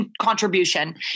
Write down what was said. contribution